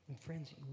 Friends